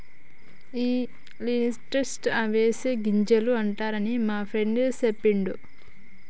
ఈ లిన్సీడ్స్ నే అవిసె గింజలు అంటారని మా ఫ్రెండు సెప్పిండు